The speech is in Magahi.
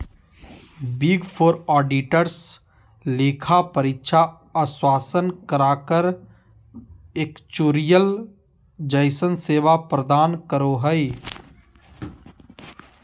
बिग फोर ऑडिटर्स लेखा परीक्षा आश्वाशन कराधान एक्चुरिअल जइसन सेवा प्रदान करो हय